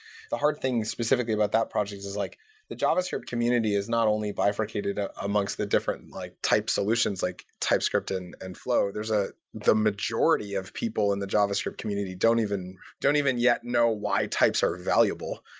the hard thing, specifically, about that project is like the javascript community is not only bifurcated ah amongst the different like type solutions, like typescript and and flow, there's ah the majority of people in the javascript community don't even don't even yet know why types are valuable.